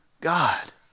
God